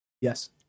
Yes